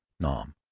nom